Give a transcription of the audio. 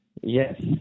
Yes